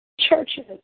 churches